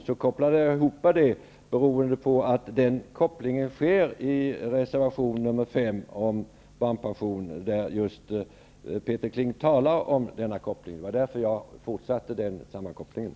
Jag kopplade ihop dem eftersom den kopplingen sker i reservation 5 om barnpension, där Peter Kling gör just denna koppling. Det var därför jag fortsatte med det.